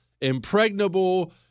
impregnable